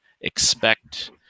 expect